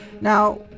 now